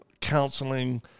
counseling